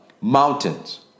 mountains